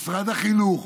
משרד החינוך,